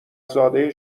زاده